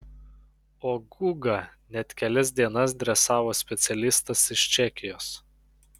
o gugą net kelias dienas dresavo specialistas iš čekijos